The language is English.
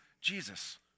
Jesus